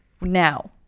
Now